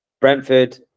brentford